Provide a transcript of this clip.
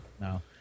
No